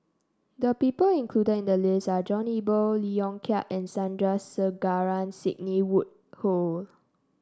the people included in the list are John Eber Lee Yong Kiat and Sandrasegaran Sidney Woodhull